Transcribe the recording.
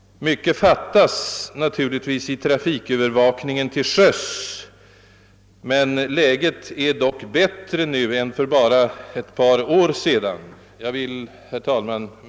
Mycket fattas ännu i trafikövervakningen till sjöss, men läget är därigenom ändå väsentligt bättre än för bara ett par år sedan. Herr talman!